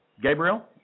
Gabriel